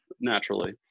naturally